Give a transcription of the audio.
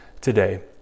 today